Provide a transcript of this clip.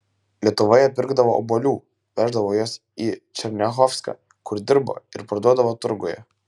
lietuvoje pirkdavo obuolių veždavo juos į černiachovską kur dirbo ir parduodavo turguje